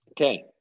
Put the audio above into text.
Okay